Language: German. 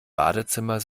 badezimmer